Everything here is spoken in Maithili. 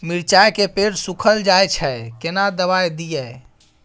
मिर्चाय के पेड़ सुखल जाय छै केना दवाई दियै?